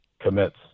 commits